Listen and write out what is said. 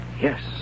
yes